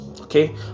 okay